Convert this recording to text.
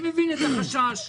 אני מבין את החשש,